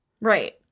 Right